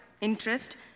interest